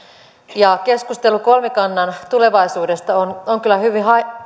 keskustelu kolmikannan tulevaisuudesta on kyllä hyvin